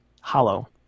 hollow